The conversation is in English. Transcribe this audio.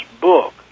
book